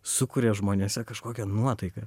sukuria žmonėse kažkokią nuotaiką